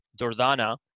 Dordana